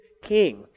king